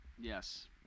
Yes